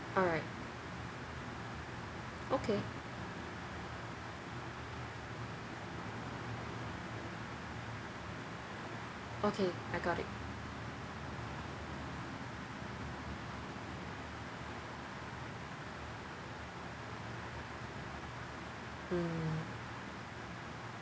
alright okay okay I got it mm